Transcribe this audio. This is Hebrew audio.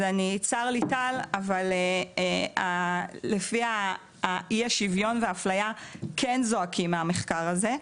צר לי טל אבל לפי המחקר אי השוויון והאפליה הם כן זועקים מהמחקר הזה.